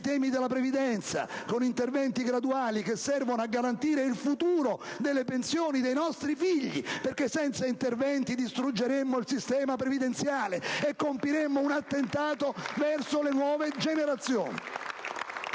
dal Gruppo PD)* con interventi graduali che servono a garantire il futuro delle pensioni dei nostri figli, perché senza interventi distruggeremmo il sistema previdenziale e compiremmo un attentato verso le nuove generazioni!